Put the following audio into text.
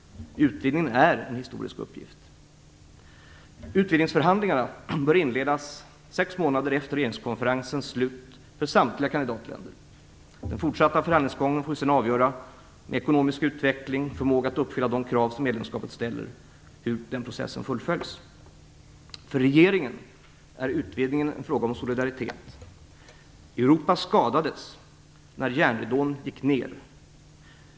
Utvidgningen är en historisk uppgift. Utvidgningsförhandlingarna bör inledas sex månader efter regeringskonferensens slut för samtliga kandidatländer. Hur den fortsatta förhandlingsprocessen fullföljs får sedan avgöras av ekonomisk utveckling och förmåga att uppfylla de krav som medlemskapet ställer. För regeringen är utvidgningen en fråga om solidaritet. Europa skadades när järnridån gick ner.